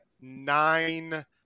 nine